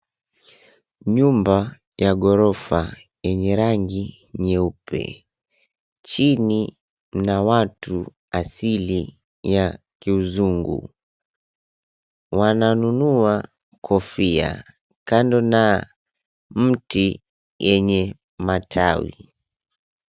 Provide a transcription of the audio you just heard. Nyumba ya ghorofa yenye rangi nyeupe, chini mna watu asili ya kiuzungu. Wananunua kofia kando na mti yenye matawi.